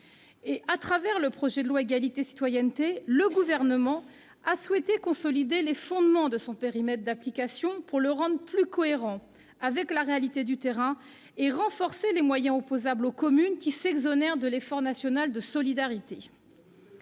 Au travers du projet de loi relatif à l'égalité et à la citoyenneté, le Gouvernement a souhaité consolider les fondements de son périmètre d'application, pour le rendre plus cohérent avec la réalité du terrain et renforcer les moyens opposables aux communes qui s'exonèrent de l'effort national de solidarité.